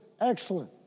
excellent